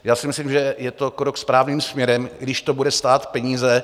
Já si myslím, že je to krok správným směrem, i když to bude stát peníze.